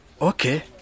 Okay